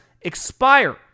expire